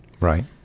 Right